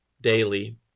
daily